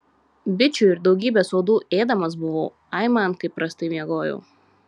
bičių ir daugybės uodų ėdamas buvau aiman kaip prastai miegojau